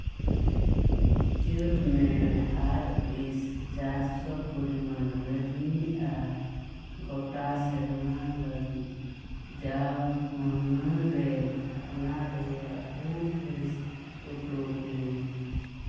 ᱩᱪᱟᱹᱲ ᱢᱮ ᱟᱨ ᱮᱥ ᱪᱟᱨ ᱥᱚ ᱯᱚᱨᱤᱢᱟᱱ ᱨᱚᱡᱽᱱᱤ ᱟᱨ ᱜᱚᱴᱟ ᱥᱮᱨᱢᱟ ᱞᱟᱹᱜᱤᱫ ᱡᱟᱣ ᱢᱟᱹᱱᱦᱟᱹ ᱨᱮ ᱚᱱᱟ ᱨᱮᱭᱟᱜ ᱯᱩᱱ ᱦᱤᱸᱥ ᱚᱴᱳ ᱯᱞᱮᱭ ᱢᱮ